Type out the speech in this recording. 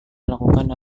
melakukan